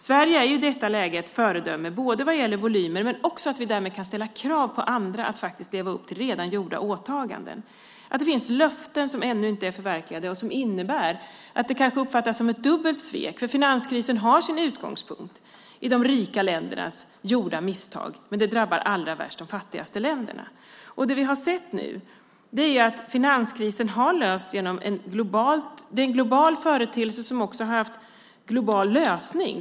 Sverige är i detta läge ett föredöme både vad gäller volymer och att vi ställer krav på andra att faktiskt leva upp till gjorda åtaganden. Det finns löften som ännu inte är infriade, något som gör att det kanske uppfattas som ett dubbelt svek. Finanskrisen har sin utgångspunkt i de rika ländernas gjorda misstag, men den drabbar allra värst de fattigaste länderna. Finanskrisen är en global företeelse som också, det har vi nu sett, har fått en global lösning.